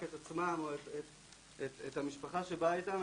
לא לוקחים את הנושא בחשבון ואז אנחנו כבר מגיעים,